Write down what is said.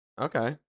Okay